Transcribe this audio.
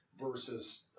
versus